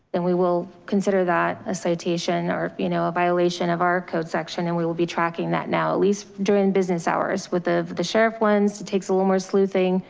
and we will consider that a citation or you know a violation of our code section. and we will be tracking that now, at least during business hours with the sheriff ones, it takes a little more slew thing,